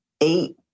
Eight